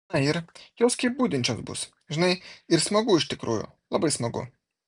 na ir jos kaip budinčios bus žinai ir smagu iš tikrųjų labai smagu